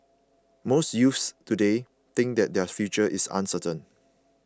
most youths today think that their future is uncertain